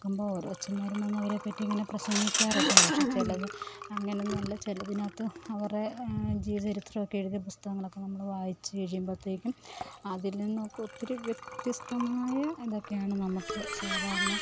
ക്കുമ്പോൾ ഓരോ അച്ചന്മാരും വന്നവരേപ്പറ്റി ഇങ്ങനെ പ്രസംഗിക്കാറൊക്കെ ഉണ്ട് പക്ഷേ ചിലത് അങ്ങനെയൊന്നുമല്ല ചിലനകത്ത് അവരുടെ ജീവചരിത്രമൊക്കെ എഴുതിയ പുസ്തകങ്ങളൊക്കെ നമ്മൾ വായിച്ചു കഴിയുമ്പോഴത്തേക്കും അതിൽ നിന്നൊക്കെ ഒത്തിരി വ്യത്യസ്തമായ ഇതൊക്കെയാണ് നമുക്ക് സാധാരണ